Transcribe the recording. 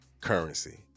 currency